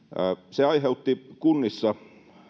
se aiheutti kunnissa